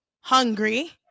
hungry